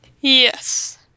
Yes